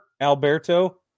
Alberto